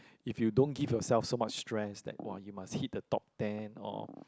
if you don't give yourself so much stress like !wah! you must hit the top ten or